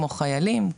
כמו חיילים,